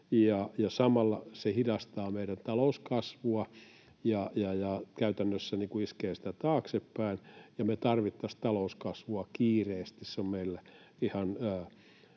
samalla se hidastaa meidän talouskasvua ja käytännössä iskee sitä taaksepäin. Me tarvittaisiin talouskasvua kiireesti,